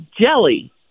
jelly